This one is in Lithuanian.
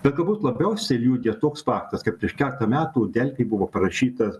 bet galbūt labiausiai liudija toks faktas kad prieš keletą metų delfi buvo parašytas